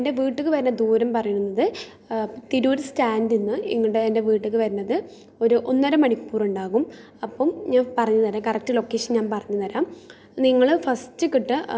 reach ബേയ്സ്ഡാണ് അവരൊക്കെ എല്ലാവരെയും ചിരിപ്പിക്കാൻ നോക്കുന്ന ആൾക്കാരാണ് പിന്നെ ഞാൻ കാണുന്ന ടിവി പ്രോഗ്രാമുകൾ എന്നു വച്ചാൽ ബിഗ്ബോസ് ഉണ്ട് ഇതേ പോലെ കുറേ ടിവി പ്രോഗ്രാമുകളും ഞാൻ കാണാറുണ്ട്